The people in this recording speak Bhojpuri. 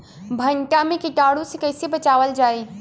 भनटा मे कीटाणु से कईसे बचावल जाई?